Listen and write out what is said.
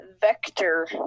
Vector